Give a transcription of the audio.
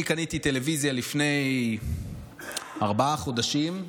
קניתי טלוויזיה לפני ארבעה חודשים,